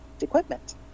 equipment